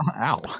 Ow